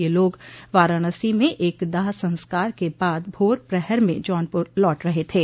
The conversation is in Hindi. यह लोग वाराणसी में एक दाह संस्कार के बाद भोर प्रहर में जौनपुर लौट रहे थे